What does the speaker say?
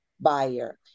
buyer